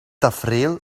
tafereel